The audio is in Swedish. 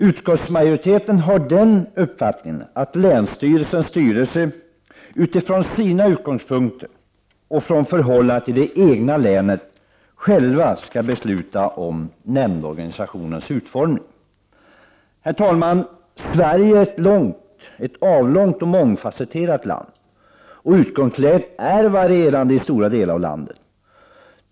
Utskottsmajoriteten har den uppfattningen att länsstyrelsens styrelse utifrån sina utgångspunkter och från förhållandet i det egna länet själv skall besluta om nämndorganisationens utformning. Herr talman! Sverige är ett avlångt och mångfasetterat land. Utgångsläget är varierande i olika delar av landet.